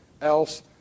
else